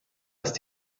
ist